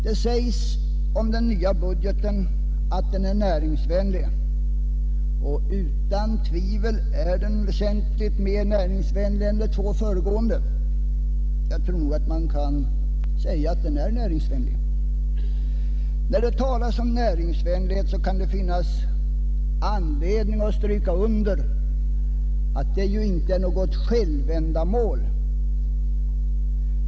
Det sägs om den nya budgeten att den är näringsvänlig, och utan tvivel är den väsentligt mer näringsvänlig än de två föregående. Men när det talas om näringsvänlighet kan det finnas anledning att stryka under att detta inte är något självändamål.